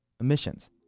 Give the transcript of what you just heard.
emissions